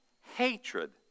Hatred